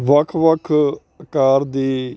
ਵੱਖ ਵੱਖ ਅਕਾਰ ਦੇ